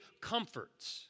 comforts